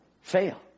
fail